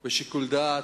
בשיקול דעת,